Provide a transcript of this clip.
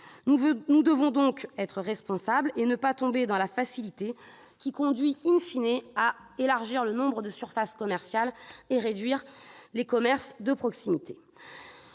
Nous devons donc être responsables et ne pas tomber dans la facilité conduisant à augmenter le nombre de surfaces commerciales et à réduire celui des commerces de proximité.